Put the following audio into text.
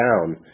down